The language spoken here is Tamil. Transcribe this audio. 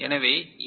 எனவே எம்